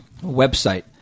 website